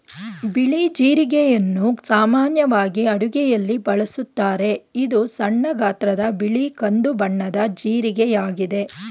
ಬಿಳಿ ಜೀರಿಗೆಯನ್ನು ಸಾಮಾನ್ಯವಾಗಿ ಅಡುಗೆಯಲ್ಲಿ ಬಳಸುತ್ತಾರೆ, ಇದು ಸಣ್ಣ ಗಾತ್ರದ ಬಿಳಿ ಕಂದು ಬಣ್ಣದ ಜೀರಿಗೆಯಾಗಿದೆ